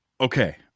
okay